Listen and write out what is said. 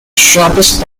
sharpest